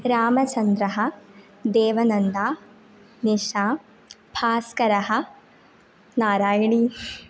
रामचन्द्रः देवनन्दा निशा भास्करः नारायणी